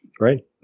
right